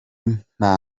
nta